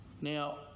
Now